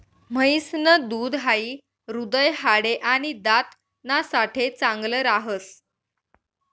म्हैस न दूध हाई हृदय, हाडे, आणि दात ना साठे चांगल राहस